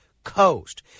coast